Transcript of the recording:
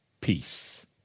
peace